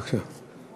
בבקשה.